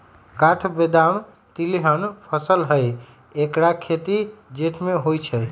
काठ बेदाम तिलहन फसल हई ऐकर खेती जेठ में होइ छइ